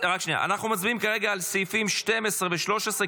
אנחנו מצביעים כרגע על סעיפים 12 ו-13,